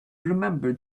remembered